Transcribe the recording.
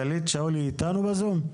גלית שאול אתנו בזום?